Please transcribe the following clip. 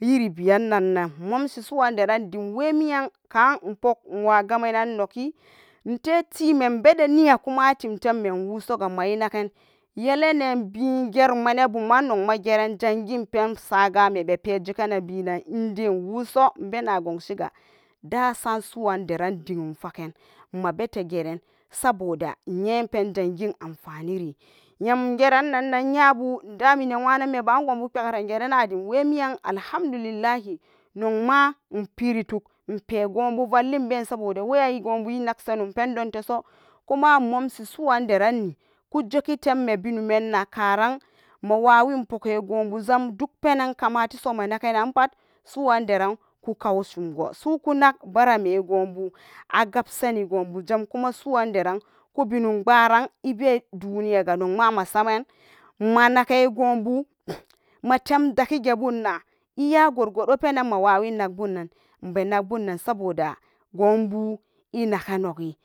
demwemmiyan karokpugan unwa pugan noki inka lemme immbede niya kuma himleme unwo so gan anarenaken yeleneba geruman buman nok mageran zangenpen sagame be za ganne benan inde nowoso mbena gunshiga dasa in soran deran wokum faken mabetegeran saboda nyen pen zangen anfani keri yem ingeran nyabu nenwanan mebanan gunbu benrangrana dem wemiyan alhamdulillahi nokma impere toc inpe gube vallin ben gubu naks hanun ben dom teso dokpenan kale suran suran diran kokauchin go baram gumbu agabsani gunbujam kuma suran deran kubenum mbaran kunne duniyaga masaman ne kubu temdakenbuna iya gorkokun pennan managanan penan bunan saboda igonbu inake negi.